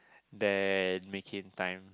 then make it in time